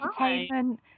entertainment